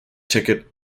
ticket